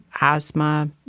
asthma